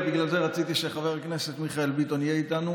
ובגלל זה רציתי שחבר הכנסת מיכאל ביטון יהיה איתנו,